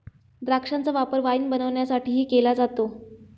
द्राक्षांचा वापर वाईन बनवण्यासाठीही केला जातो